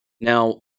Now